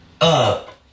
up